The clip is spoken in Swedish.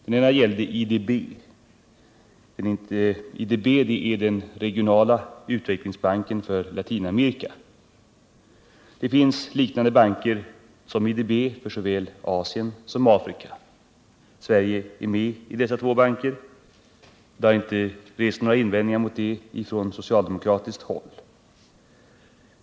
Den ena punkten gällde IDB. IDB är den regionala utvecklingsbanken för Latinamerika. Det finns liknande banker för såväl Asien som Afrika. Sverige är med i dessa två banker, och det har inte rests några invändningar mot det från socialdemokratiskt håll.